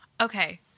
Okay